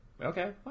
okay